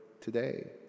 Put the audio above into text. today